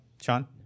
Sean